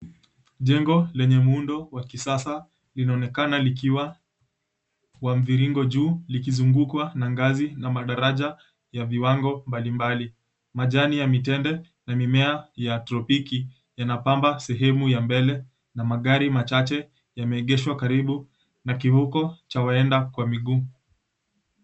Jengo lenye muundo wa kisasa linaonekana likiwa kwa mviringo juu likizungukwa na ngazi na madaraja ya viwango mbalimbali. Majani ya mitende na mimea ya tropiki yanapamba sehemu ya mbele na magari machache yameegeshwa karibu na kivuko cha waenda kwa miguu.